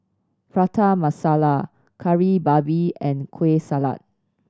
Prata Masala Kari Babi and Kueh Salat